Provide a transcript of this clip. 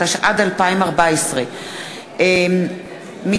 התשע"ד 2014. לקריאה ראשונה,